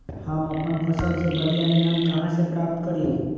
हम अपन फसल से बढ़िया ईनाम कहाँ से प्राप्त करी?